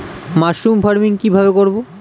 Mushroom farming কি ভাবে করব?